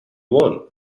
want